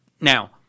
Now